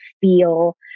feel